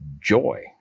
joy